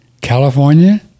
California